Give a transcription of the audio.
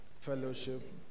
fellowship